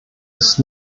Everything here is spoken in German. ist